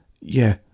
Yeah